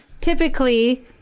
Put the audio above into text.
typically